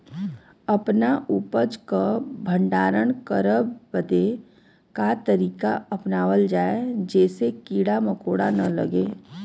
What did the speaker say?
अपना उपज क भंडारन करे बदे का तरीका अपनावल जा जेसे कीड़ा मकोड़ा न लगें?